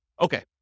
Okay